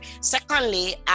Secondly